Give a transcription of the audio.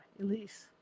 Elise